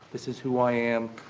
this is who i am,